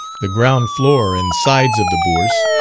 the ground floor and sides of the bourse,